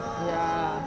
ya